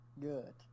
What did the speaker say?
Good